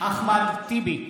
אחמד טיבי,